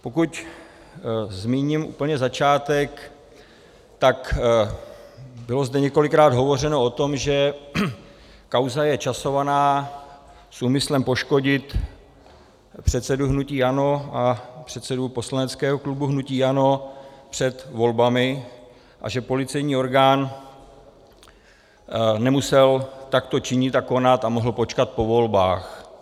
Pokud zmíním úplně začátek, tak bylo zde několikrát hovořeno o tom, že kauza je časovaná s úmyslem poškodit předsedu hnutí ANO a předsedu poslaneckého klubu hnutí ANO před volbami a že policejní orgán nemusel takto činit a konat a mohl počkat po volbách.